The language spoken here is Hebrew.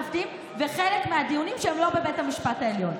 וחלק מהדיונים שהם לא בבית המשפט העליון.